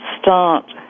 start